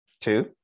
two